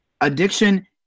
addiction